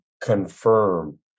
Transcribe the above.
confirm